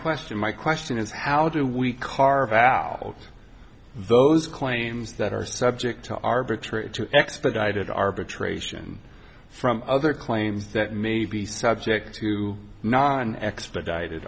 question my question is how do we carve out those claims that are subject to arbitrary expedited arbitration from other claims that may be subject to an expedited